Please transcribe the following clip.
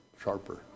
sharper